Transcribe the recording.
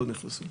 לא נכנסו.